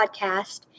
podcast